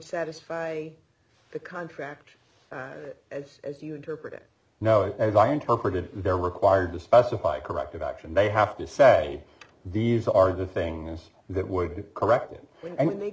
satisfy the contract as as you interpret it now as i interpret it they're required to specify corrective action they have to say these are the things that would be correct the